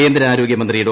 കേന്ദ്ര ആരോഗ്യ മന്ത്രി ഡോ